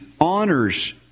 honors